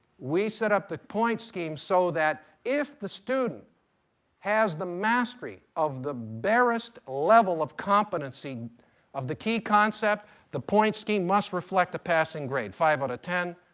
we set up the point scheme so that if the student has the mastery of the barest level of competency of the key concept the point scheme must reflect a passing grade five out of ten,